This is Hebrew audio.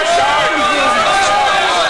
מספיק.